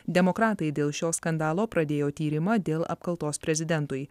demokratai dėl šio skandalo pradėjo tyrimą dėl apkaltos prezidentui